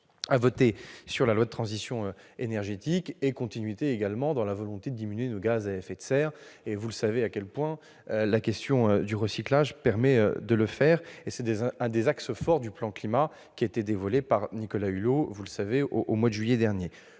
a votée sur la transition énergétique, comme la continuité dans la volonté de diminuer nos gaz à effet de serre. Vous savez à quel point la question du recyclage permet d'y parvenir. C'est l'un des axes forts du plan Climat qui a été dévoilé par Nicolas Hulot, vous le savez, au mois de juillet dernier.